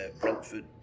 Brentford